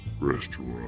restaurant